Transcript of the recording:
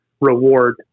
reward